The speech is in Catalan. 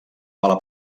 bala